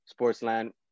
Sportsland